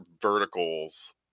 verticals